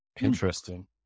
Interesting